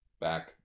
Back